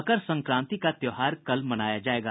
मकर संक्रांति का त्योहार कल मनाया जायेगा